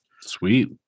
Sweet